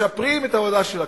משפרים את העבודה של הכנסת.